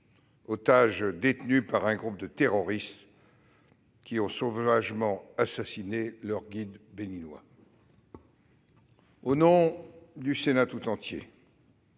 détenus par un groupe de terroristes qui avaient sauvagement assassiné leur guide béninois. Au nom du Sénat tout entier,